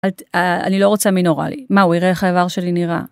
אני לא רוצה מין אורלי. מה, הוא יראה איך האיבר שלי נראה.